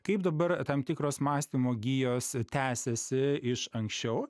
kaip dabar tam tikros mąstymo gijos tęsiasi iš anksčiau